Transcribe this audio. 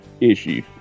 issue